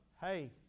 Hey